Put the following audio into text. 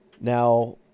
Now